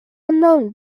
unknown